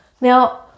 Now